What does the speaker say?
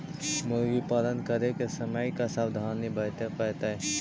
मुर्गी पालन करे के समय का सावधानी वर्तें पड़तई?